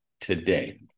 today